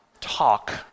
talk